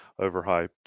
overhyped